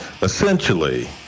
essentially